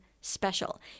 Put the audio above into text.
special